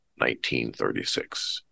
1936